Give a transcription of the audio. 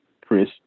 Chris